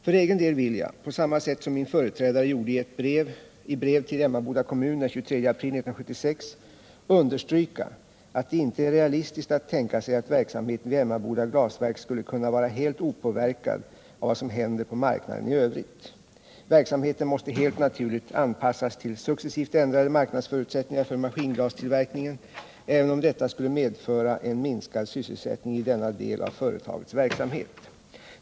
För egen del vill jag — på samma sätt som min företrädare gjorde i brev till Emmaboda kommun den 23 april 1976 — understryka att det inte är realistiskt att tänka sig att verksamheten vid Emmaboda Glasverk skulle kunna vara helt opåverkad av vad som händer på marknaden i övrigt. Verksamheten måste helt naturligt anpassas till successivt ändrade marknadsförutsättningar för maskinglastillverkningen även om detta skulle medföra en minskad sysselsättning i denna del av företagets verksamhet.